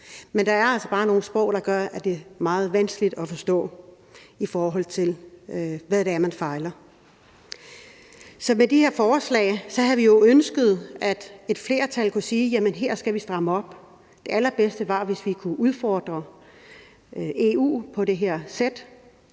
Men der er altså bare nogle sprog, der gør, at det er meget vanskeligt at forstå, hvad det er, lægen siger man fejler. Så med de her forslag havde vi jo ønsket, at et flertal kunne sige: Her skal vi stramme op. Det allerbedste ville være, hvis vi kunne udfordre EU på det her